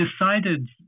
decided